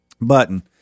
button